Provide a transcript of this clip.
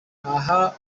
aha